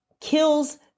kills